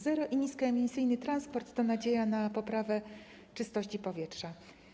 Zero- i niskoemisyjny transport to nadzieja na poprawę czystości powietrza.